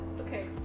okay